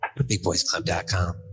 BigBoysClub.com